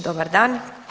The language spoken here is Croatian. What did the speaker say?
Dobar dan.